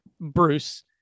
Bruce